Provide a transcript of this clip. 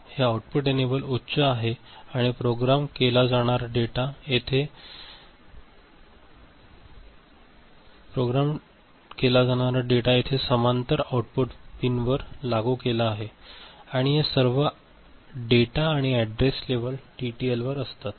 हे output enable उच्च आहे आणि प्रोग्राम केला जाणारा डेटा येथे समांतर आउटपुट पिनवर लागू केला आहेत आणि सर्व डेटा आणि अॅड्रेस लेव्हल टीटीएलवर असतात